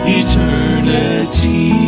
eternity